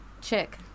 chick